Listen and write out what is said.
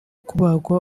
kubagwa